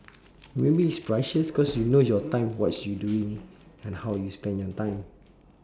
maybe it's priceless cause you know your time what you doing and how you spend your time